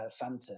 Phantom